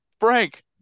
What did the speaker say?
Frank